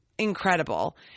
Incredible